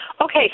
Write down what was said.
Okay